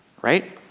right